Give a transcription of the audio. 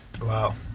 Wow